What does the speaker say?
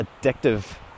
addictive